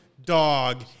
Dog